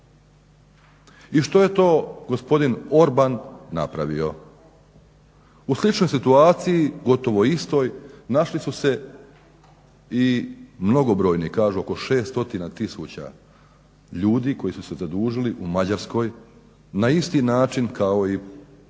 I što je to gospodin Orban napravio? U sličnoj situaciji, gotovo istoj našli su se i mnogobrojni kažu oko 600 tisuća ljudi koji su se zadužili u Mađarskoj na isti način kao i evo